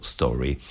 Story